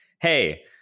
hey